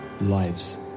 lives